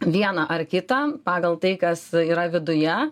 vieną ar kitą pagal tai kas yra viduje